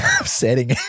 upsetting